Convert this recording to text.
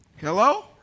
Hello